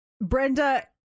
Brenda